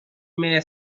may